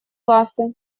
ласты